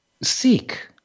seek